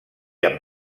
amb